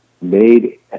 made